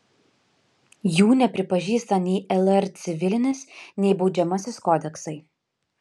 jų nepripažįsta nei lr civilinis nei baudžiamasis kodeksai